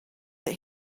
that